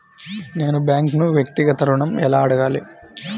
నేను బ్యాంక్ను వ్యక్తిగత ఋణం ఎలా అడగాలి?